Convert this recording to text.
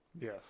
Yes